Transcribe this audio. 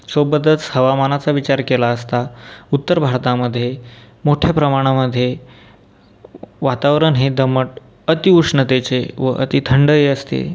सोबतच हवामानाचा विचार केला असता उत्तर भारतामधे मोठ्या प्रमाणामधे वातावरण हे दमट अति उष्णतेचे व अति थंडही असते